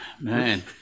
man